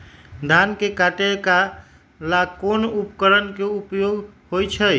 धान के काटे का ला कोंन उपकरण के उपयोग होइ छइ?